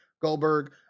goldberg